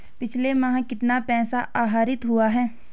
पिछले माह कितना पैसा आहरित हुआ है?